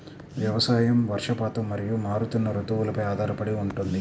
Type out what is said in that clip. వ్యవసాయం వర్షపాతం మరియు మారుతున్న రుతువులపై ఆధారపడి ఉంటుంది